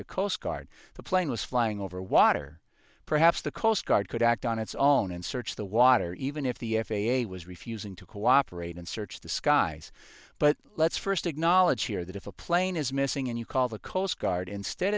the coast guard the plane was flying over water perhaps the coast guard could act on its own and search the water even if the f a a was refusing to cooperate and search the skies but let's first acknowledge here that if a plane is missing and you call the coast guard instead